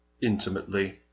intimately